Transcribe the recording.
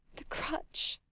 the crutch.